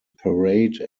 parade